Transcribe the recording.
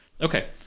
Okay